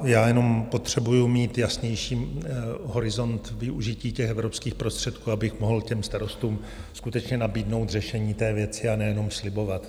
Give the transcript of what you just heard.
Já jenom potřebuji mít jasnější horizont využití evropských prostředků, abych mohl starostům skutečně nabídnout řešení věci, a ne jenom slibovat.